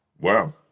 Wow